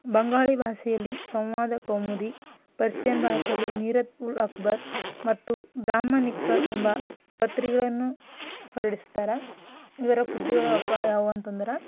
ಬಂಗಾಳಿ ಭಾಷೆಯಲ್ಲಿ ಸಂವಾದ ಕೌಮುದಿ ಪರ್ಶಿಯನ್ ಭಾಸೆಯಲ್ಲಿ ಮೀರತ್ ಉಲ್ ಅಕ್ಬರ್ ಮತ್ತು ಬ್ರಾಹ್ಮನಿಕಲ್ ಎಂಬ ಪತ್ರಿಕೆಗಳನ್ನು ಹೊರಡಿಸುತ್ತಾರೆ ಇವರ ಕೃತಿಗಳು ಅಪ್ಪ ಯಾವುವು ಅಂತೆಂದ್ರೆ